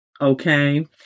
Okay